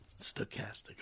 stochastic